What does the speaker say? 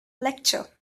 lecture